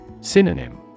Synonym